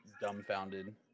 dumbfounded